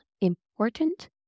important